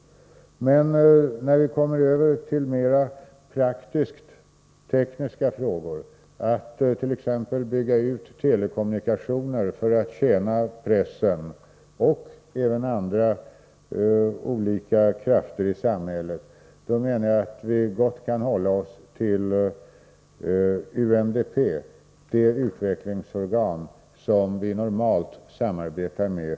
Men när vi kommer över till mera praktiskt tekniska frågor, t.ex. utbyggnad av telekommunikationer för att tjäna pressen och även andra — Nr 156 organ i samhället, kan vi enligt min mening gott hålla oss till UNDP, det z Å är ; 3 Måndagen den utvecklingsorgan inom Förenta nationerna som vi normalt samarbetar med.